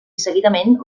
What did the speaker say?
seguidament